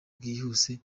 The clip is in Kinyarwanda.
bwihuse